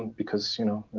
and because you know,